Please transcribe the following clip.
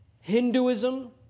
Hinduism